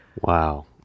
Wow